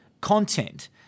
content